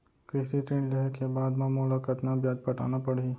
कृषि ऋण लेहे के बाद म मोला कतना ब्याज पटाना पड़ही?